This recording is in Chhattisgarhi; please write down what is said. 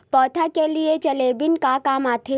पौधा के लिए जिबरेलीन का काम आथे?